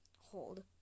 Hold